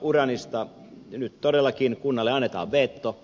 uraanista nyt todellakin kunnalle annetaan veto